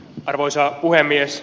arvoisa puhemies